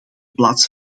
plaats